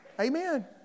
amen